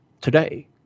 today